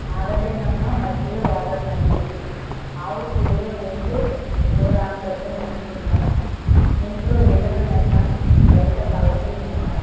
ఆడలేనమ్మ మధ్యలు ఒడన్నట్లు ఆవు చేలో మేస్తే దూడ గట్టున మేస్తుందా ఇంట్లో ఈగల మేత బయట పల్లకీల మోత